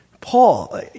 Paul